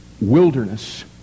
wilderness